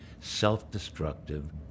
self-destructive